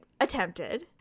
attempted